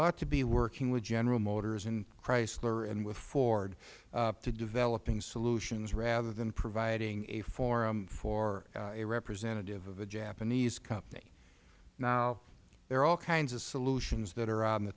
ought to be working with general motors and chrysler and with ford to developing solutions rather than providing a forum for a representative of a japanese company now there are all kinds of solutions that are on the